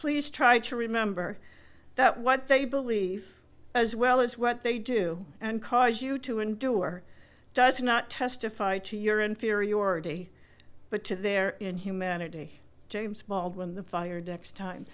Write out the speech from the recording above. please try to remember that what they believe as well as what they do and cause you to endure does not testify to your inferiority but to their inhumanity james baldwin the fired ex time